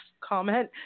comment